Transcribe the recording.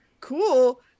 cool